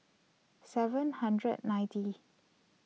seven hundred and ninety